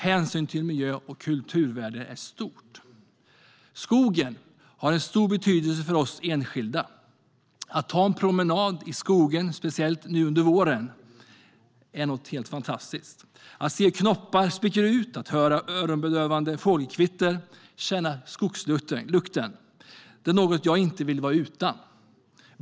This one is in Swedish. Hänsynen till miljö och kulturvärden är stor. Skogen har en stor betydelse för oss som enskilda. Att ta en promenad i skogen speciellt nu under våren är något helt fantastiskt - att se hur knoppar spricker ut, höra öronbedövande fågelkvitter och känna skogslukten. Det är något jag inte vill vara utan.